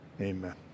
Amen